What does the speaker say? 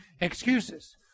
excuses